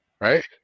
right